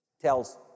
tells